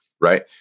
Right